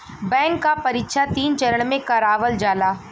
bank क परीक्षा तीन चरण में करावल जाला